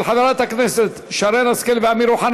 של חברי הכנסת שרן השכל ואמיר אוחנה.